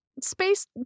space